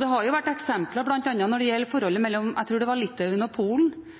Det har vært eksempler, bl.a. når det gjelder forholdet mellom Litauen og Polen – tror jeg det var